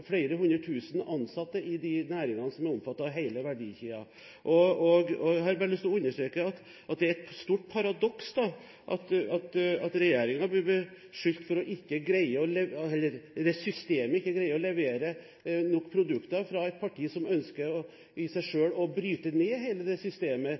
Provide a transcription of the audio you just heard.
flere hundre tusen ansatte i de næringene som er omfattet av hele verdikjeden. Jeg har lyst til å understreke at det er et stort paradoks at regjeringen blir beskyldt for at systemet ikke greier å levere nok produkter, av et parti som ønsker å bryte ned hele det systemet i seg